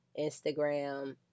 Instagram